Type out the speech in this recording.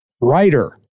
writer